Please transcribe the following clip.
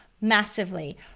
massively